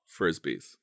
Frisbees